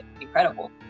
incredible